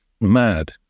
mad